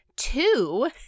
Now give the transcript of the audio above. Two